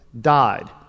died